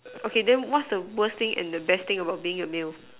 okay then what's the worst thing and best thing about being a male